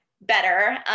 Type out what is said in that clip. better